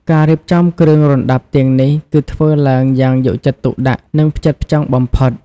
ការរៀបចំគ្រឿងរណ្តាប់ទាំងនេះគឺធ្វើឡើងយ៉ាងយកចិត្តទុកដាក់ និងផ្ចិតផ្ចង់បំផុត។